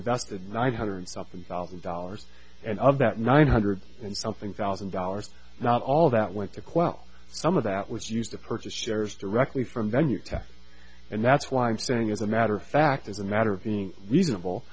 invested one hundred something thousand dollars and of that nine hundred and something thousand dollars not all that went to quell some of that was used to purchase shares directly from venue tests and that's why i'm saying as a matter of fact as a matter of being reasonable